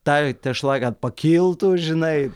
ta tešla kad pakiltų žinai